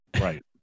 Right